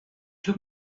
two